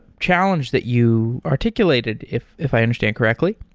challenge that you articulated, if if i understand correctly,